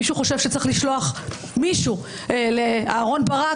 מישהו חושב שצריך לשלוח מישהו לאהרן ברק.